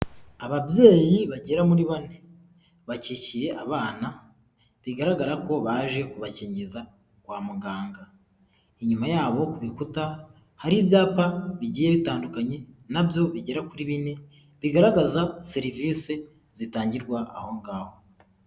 Ababyeyi bagera muri bane bakikiye abana bigaragara ko baje kubakingiza kwa muganga, inyuma yabo ku bikuta hari ibyapa bigiye bitandukanye nabyo bigera kuri bine bigaragaza serivisi zitangirwa aho ngaho.